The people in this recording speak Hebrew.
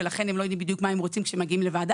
ולכן הם לא יודעים בדיוק מה הם רוצים כשהם מגיעים לוועדה,